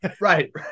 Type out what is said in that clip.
right